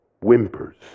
whimpers